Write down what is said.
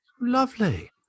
Lovely